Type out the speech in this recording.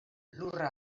lurra